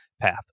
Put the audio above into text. path